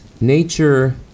nature